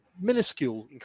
minuscule